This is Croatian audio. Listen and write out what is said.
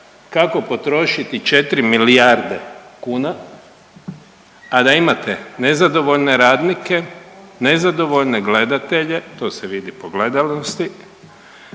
kako potrošiti 4 milijarde kuna a da imate nezadovoljne radnike, nezadovoljne gledate to se vidi po gledanosti